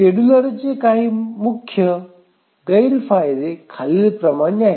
शेड्यूलरचे काही मुख्य गैरफ़ायदे खालीलप्रमाणे आहेत